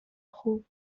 خوب